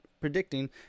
predicting